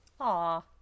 Aw